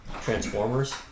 Transformers